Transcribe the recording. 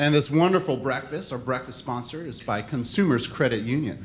and this wonderful breakfast or breakfast sponsors by consumers credit union